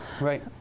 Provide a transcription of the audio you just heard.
Right